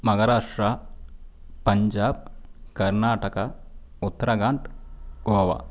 Maharashtra Punjab Karnataka Uttarakhand Goa